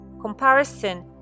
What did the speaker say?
Comparison